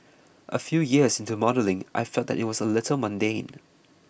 a few years into modelling I felt that it was a little mundane